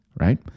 right